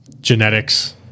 genetics